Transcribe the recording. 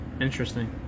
Interesting